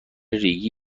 ریگی